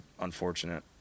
unfortunate